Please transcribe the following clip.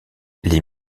les